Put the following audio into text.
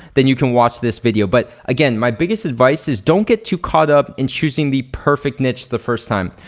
then you can watch this video. but again, my biggest advice is don't get too caught up in choosing the perfect niche the first time.